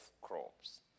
crops